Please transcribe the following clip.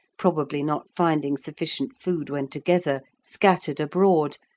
probably not finding sufficient food when together, scattered abroad,